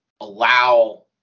allow